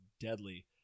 deadly